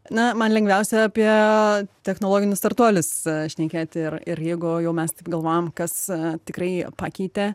na man lengviausia apie technologinius startuolius šnekėti ir ir jeigu jau mes taip galvojam kas tikrai pakeitė